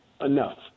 enough